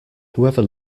whoever